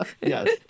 Yes